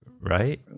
Right